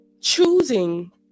Choosing